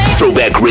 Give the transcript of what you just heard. Throwback